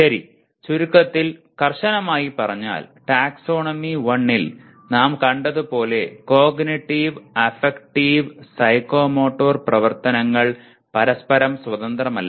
ശരി ചുരുക്കത്തിൽ കർശനമായി പറഞ്ഞാൽ ടാക്സോണമി 1 ൽ നാം കണ്ടതുപോലെ കോഗ്നിറ്റീവ് അഫക്റ്റീവ് സൈക്കോമോട്ടോർ പ്രവർത്തനങ്ങൾ പരസ്പരം സ്വതന്ത്രമല്ല